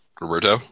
Roberto